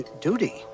Duty